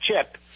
chip